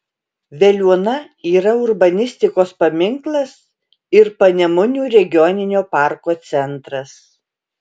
veliuona yra urbanistikos paminklas ir panemunių regioninio parko centras